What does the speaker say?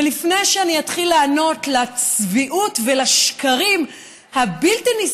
ולפני שאני אתחיל לענות לצביעות ולשקרים הבלתי-נסבלים,